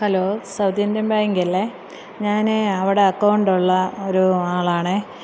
hello south Indian ബാങ്കല്ലേ ഞാൻ അവിടെ അക്കൗണ്ടുള്ള ഒരു ആളാണ്